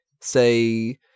say